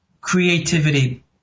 creativity